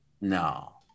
No